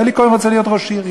אלי כהן רוצה להיות ראש עיר,